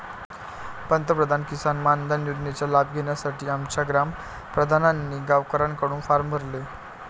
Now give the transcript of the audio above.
पंतप्रधान किसान मानधन योजनेचा लाभ घेण्यासाठी आमच्या ग्राम प्रधानांनी गावकऱ्यांकडून फॉर्म भरले